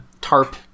tarp